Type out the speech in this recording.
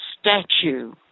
statue